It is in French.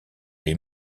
les